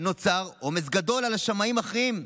נוצר עומס גדול על שמאים מכריעים.